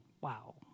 wow